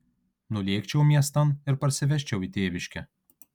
nulėkčiau miestan ir parsivežčiau į tėviškę